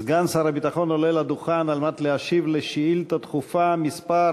סגן שר הביטחון עולה לדוכן על מנת להשיב על שאילתה דחופה מס'